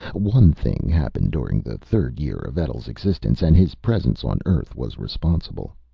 one thing happened during the third year of etl's existence. and his presence on earth was responsible.